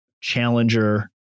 challenger